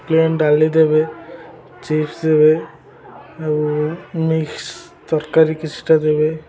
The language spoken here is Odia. ପ୍ଳେନ୍ ଡାଲି ଦେବେ ଚିପ୍ସ ଦେବେ ଆଉ ମିକ୍ସ ତରକାରୀ କିଛିଟା ଦେବେ